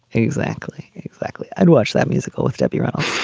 exactly. exactly. i'd watch that musical with debbie reynolds.